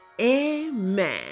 Amen